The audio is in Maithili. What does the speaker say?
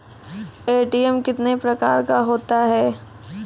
ए.टी.एम कितने प्रकार का होता हैं?